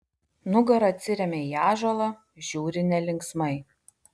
nugara atsiremia į ąžuolą žiūri nelinksmai